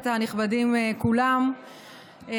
הנכבדים כולם,